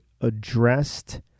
addressed